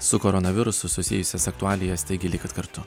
su koronavirusu susijusias aktualijas taigi likit kartu